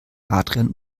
adrian